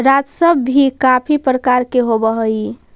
राजस्व भी काफी प्रकार के होवअ हई